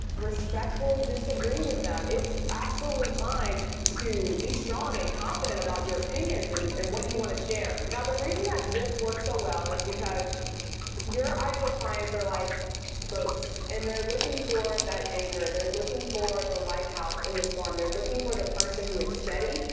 respectfully disagree with them. it's absolutely fine to be strong and confident about your opinions. and and what you want to share. now the reason that this works so well is because your ideal clients are like boats and they're looking for that anchor. they're looking for the lighthouse in the storm. they're looking for the person who is steady,